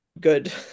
good